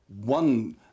one